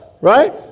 right